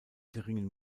geringen